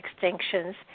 extinctions